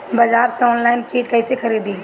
बाजार से आनलाइन चीज कैसे खरीदी?